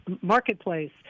marketplace